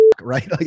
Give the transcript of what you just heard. right